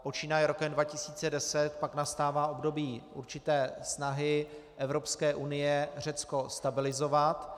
Počínaje rokem 2010 pak nastává období určité snahy Evropské unie Řecko stabilizovat.